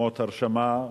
מקומות הרשמה,